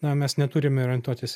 na mes neturim orientuotis